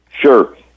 Sure